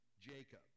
jacob